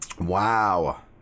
Wow